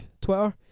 Twitter